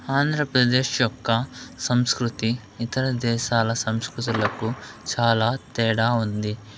ఆంధ్రప్రదేశ్ యొక్క సంస్కృతి ఇతర దేశాల సంస్కృతులకు చాలా తేడా ఉంది